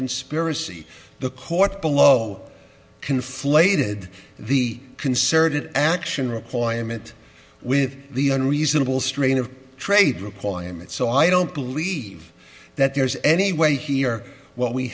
conspiracy the court below conflated the concerted action requirement with the unreasonable strain of trade requirements so i don't believe that there's any way here what we